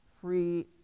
free